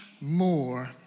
more